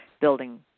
building